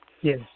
Yes